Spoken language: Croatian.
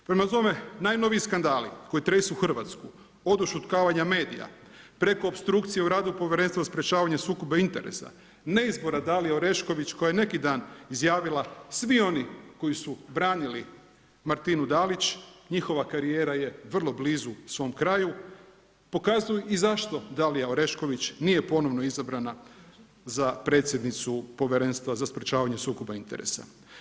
Prema tome, najnoviji skandali koji tresu Hrvatsku, od ušutkavanja medija, preko opstrukcije o radu Povjerenstva o sprječavanju sukoba interesa, ne izbora Dalije Orešković koja je neki dan izjavile svi oni koji su branili Martinu Dalić, njihova karijera je vrlo blizu svom kraju, pokazuju i zašto Dalija Orešković nije ponovno izabrana za predsjednicu Povjerenstva za sprječavanje sukoba interesa.